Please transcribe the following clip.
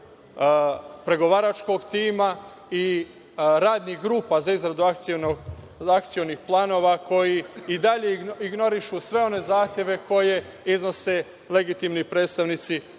pregovaračkog tima i radnih grupa za izradu akcionih planova koje i dalje ignorišu sve one zahteve koje iznose legitimni predstavnici